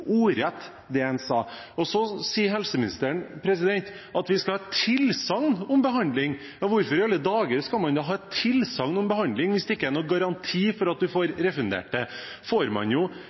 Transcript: ordrett det han sa. Så sier helseministeren at vi skal ha et tilsagn om behandling. Men hvorfor i alle dager skal man ha et tilsagn om behandling hvis det ikke er noen garanti for at man får refundert det? Hvis man har en forhåndsgodkjenning, vet man at enten får man